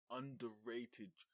underrated